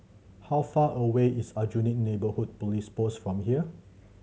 how far away is Aljunied Neighbourhood Police Post from here